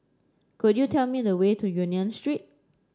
could you tell me the way to Union Street